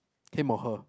him or her